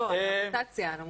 לא, על המוטציה.